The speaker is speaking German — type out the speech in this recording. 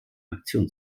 aktion